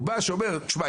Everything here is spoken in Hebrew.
הוא בא שאומר תשמע,